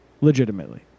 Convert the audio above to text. Legitimately